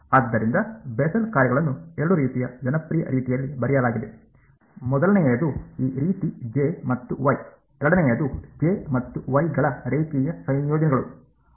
ಆದ್ದರಿಂದ ಬೆಸೆಲ್ನ ಕಾರ್ಯಗಳನ್ನು ಎರಡು ರೀತಿಯ ಜನಪ್ರಿಯ ರೀತಿಯಲ್ಲಿ ಬರೆಯಲಾಗಿದೆ ಮೊದಲನೆಯದು ಈ ರೀತಿ ಜೆ ಮತ್ತು ವೈ ಎರಡನೆಯದು ಜೆ ಮತ್ತು ವೈ ಗಳ ರೇಖೀಯ ಸಂಯೋಜನೆಗಳು